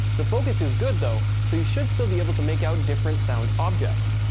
the focus is good though, so you should still be able to make out different sound objects.